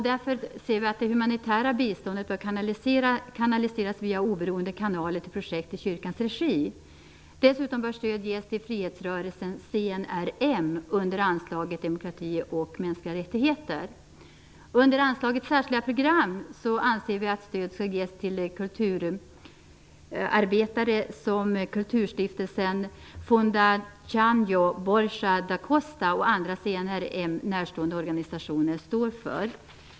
Det humanitära biståndet bör kanaliseras via oberoende kanaler till projekt i kyrkans regi. Dessutom bör stöd ges till frihetsrörelsen CNRM under anslaget Demokrati och Under anslaget Särskilda program anser vi att stöd bör ges till de kulturarbetare som kulturstiftelsen Fondação Borjada Costa och andra CNRM närstående organisationer står för.